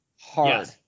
hard